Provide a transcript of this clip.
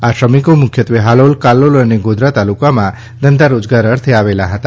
આ શ્રમિકો મુખ્યત્વે હાલોલ કાલોલ અને ગોધરા તાલુકામાં ધંધા રોજગાર અર્થે આવેલા હતા